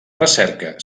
recerca